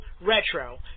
Retro